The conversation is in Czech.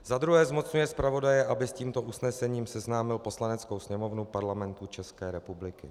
Za druhé zmocňuje zpravodaje, aby s tímto usnesením seznámil Poslaneckou sněmovnu Parlamentu České republiky.